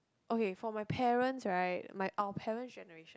okay for my parents right my our parents generation